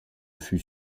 fut